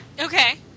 Okay